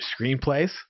screenplays